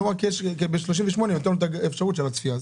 כלומר בסעיף 38 נתנו אפשרות של צפייה.